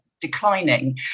declining